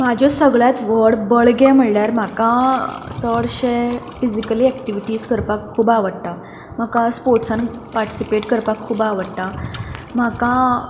म्हजें सगळ्यांत व्हड बळगें म्हणल्यार म्हाका चडशें फिजिकली एक्टिविटीज करपाक खूब आवडटा म्हाका स्पोट्सांत पार्टिसिपेट करपाक खूब आवडटा म्हाका